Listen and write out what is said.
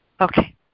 Okay